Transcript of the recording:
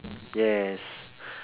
yes